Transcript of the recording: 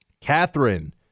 Catherine